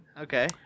Okay